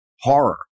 horror